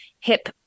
hip